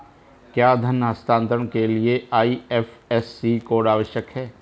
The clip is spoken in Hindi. क्या धन हस्तांतरण के लिए आई.एफ.एस.सी कोड आवश्यक है?